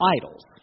idols